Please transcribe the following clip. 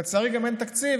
ולצערי גם אין תקציב,